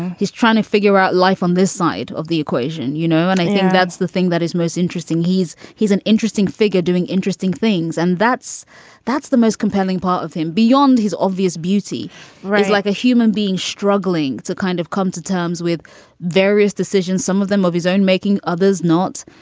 he's trying to figure out life on this side of the equation, you know. and i think that's the thing that is most interesting. he's he's an interesting figure doing interesting things. and that's that's the most compelling part of him. beyond his obvious beauty is like a human being struggling to kind of come to terms with various decisions, some of them of his own making, others not.